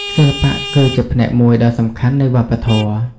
សិល្បៈគឺជាផ្នែកមួយដ៏សំខាន់នៃវប្បធម៌។